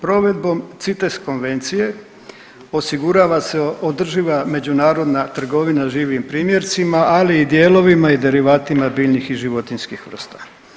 Provedbom CITES konvencije osigurava se održiva međunarodna trgovina živim primjercima, ali i dijelovima i derivatima biljnih i životinjskih vrsta.